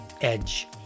EDGE